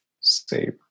save